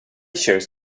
chose